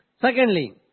Secondly